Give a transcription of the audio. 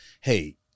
hey